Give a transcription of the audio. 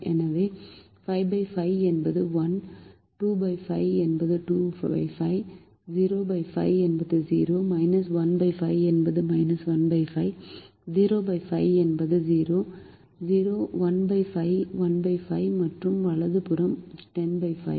எனவே 55 என்பது 1 25 என்பது 25 05 என்பது 0 15 என்பது 15 05 என்பது 0 15 15 மற்றும் வலது புறம் 105 இது 2